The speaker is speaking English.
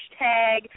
hashtag